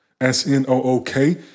S-N-O-O-K